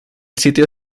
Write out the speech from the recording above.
sitio